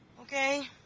Okay